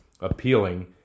appealing